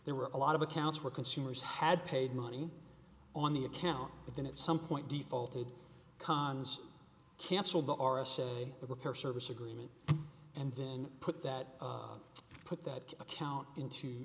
there were a lot of accounts where consumers had paid money on the account but then at some point defaulted cons cancelled the r s a repair service agreement and then put that put that account into